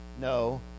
No